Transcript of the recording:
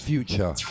Future